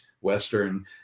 western